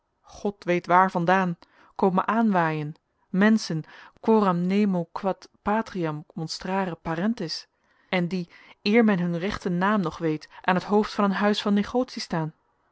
god weet waar vandaan komen aanwaaien menschen quorum nemo queat patriam monstrare parentis en die eer men hun rechten naam nog weet aan het hoofd van een huis van negotie staan